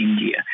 India